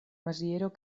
maziero